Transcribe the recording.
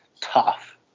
tough